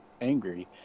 angry